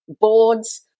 boards